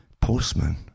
Postman